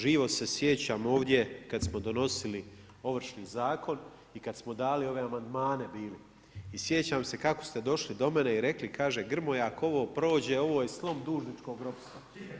Živo se sjećam ovdje kada smo donosili Ovršni zakon i kada smo dali ove amandmane bili i sjećam se kako ste došli do mene i rekli, kaže Grmoja ako ovo prođe ovo je slom dužničkog ropstva.